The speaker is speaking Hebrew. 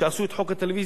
כשעשו את חוק הטלוויזיה,